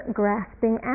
grasping